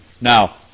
Now